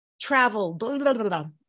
travel